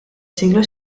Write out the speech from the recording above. siglo